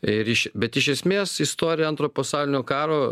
ir iš bet iš esmės istorija antrojo pasaulinio karo